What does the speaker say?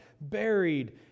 buried